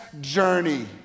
journey